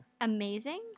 amazing